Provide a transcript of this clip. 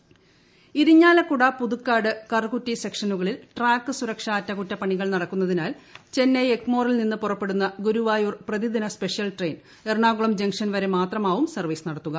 train service Irinjalakuda Puthukkad Karukutty സെക്ഷനുകളിൽ track സുരക്ഷാ അറ്റകുറ്റപണികൾ നടക്കുന്നതിനാൽ ചെന്നൈ എഗ്മോറിൽ നിന്ന് ഫെബ്രുവരിപുറപ്പെടുന്ന ഗുരുവായൂർ പ്രതിദിന സ്പെഷ്യൽ ട്രെയിൻ എറണാക്കുളം ജംഗ്ഷൻ വരെ മാത്രമാവും സർവീസ് നടത്തുക